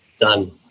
done